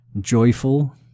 joyful